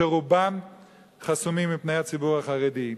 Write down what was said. שרובם חסומים מפני הציבור החרדי.